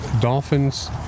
dolphins